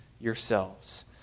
yourselves